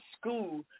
school